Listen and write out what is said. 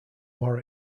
more